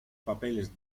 papeles